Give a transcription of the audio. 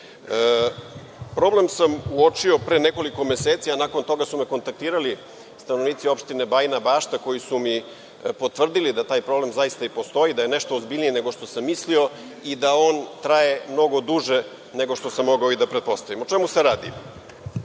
problem. Problem sam uočio pre nekoliko meseci, a nakon toga su me kontaktirali stanovnici opštine Bajina Bašta, koji su mi potvrdili da taj problem zaista i postoji, da je nešto ozbiljniji nego što sam mislio i da on traje mnogo duže nego što sam mogao i da pretpostavim. O čemu se radi? Pre